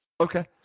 Okay